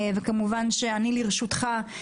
בוקר טוב, אני מתכבדת לפתוח את הישיבה.